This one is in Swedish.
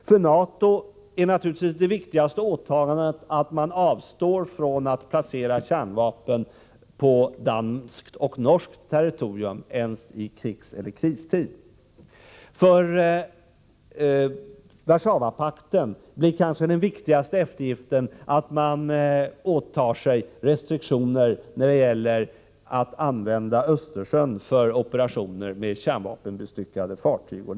För NATO är det viktigaste åtagandet att avstå från att placera kärnvapen på danskt och norskt territorium ens i krigseller kristid. För Warszawapakten blir den viktigaste eftergiften kanske att man åtar sig restriktioner när det gäller att använda Östersjön för operationer med kärnvapenbestyckade fartyg.